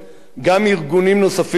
שמוסרים את הנפש שלא לפגוע,